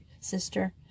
sister